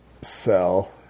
sell